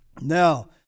Now